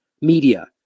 media